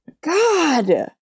God